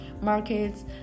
markets